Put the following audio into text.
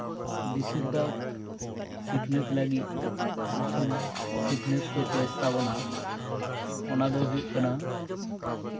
ᱵᱮᱥᱤᱨ ᱵᱷᱟᱜᱽ ᱥᱤᱠᱷᱱᱟᱹᱛ ᱞᱟᱹᱜᱤᱫ ᱩᱥᱩᱞ ᱥᱤᱠᱷᱱᱟᱹᱛ ᱠᱚ ᱪᱮᱫ ᱛᱟᱵᱚᱱᱟ ᱚᱱᱟ ᱫᱚ ᱦᱩᱭᱩᱜ ᱠᱟᱱᱟ